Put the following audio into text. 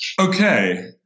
Okay